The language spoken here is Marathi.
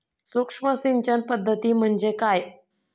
सूक्ष्म सिंचन पद्धती म्हणजे काय?